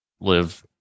live